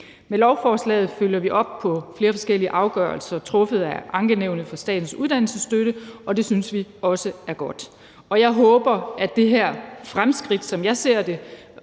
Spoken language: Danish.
Med lovforslaget følger vi op på flere forskellige afgørelser truffet af Ankenævnet for Statens Uddannelsesstøtte, og det synes vi også er godt. Jeg håber, at det her fremskridt, som jeg ser det,